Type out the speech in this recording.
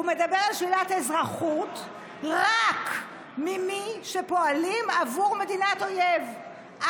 הוא מדבר על שלילת אזרחות רק ממי שפועלים עבור מדינת אויב,